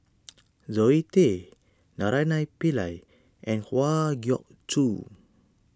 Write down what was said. Zoe Tay Naraina Pillai and Kwa Geok Choo